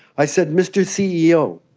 i said, mr ceo,